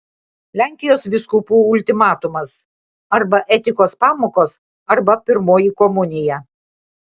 lenkijos vyskupų ultimatumas arba etikos pamokos arba pirmoji komunija